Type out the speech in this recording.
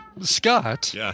Scott